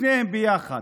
משניהם ביחד,